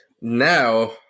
Now